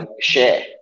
Share